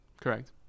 Correct